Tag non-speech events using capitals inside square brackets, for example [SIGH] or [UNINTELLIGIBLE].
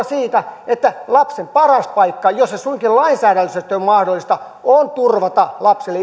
[UNINTELLIGIBLE] siitä että lapsen paras jos se suinkin lainsäädännöllisesti on mahdollista on turvata lapselle [UNINTELLIGIBLE]